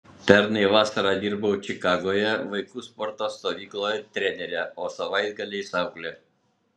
pernai vasarą dirbau čikagoje vaikų sporto stovykloje trenere o savaitgaliais aukle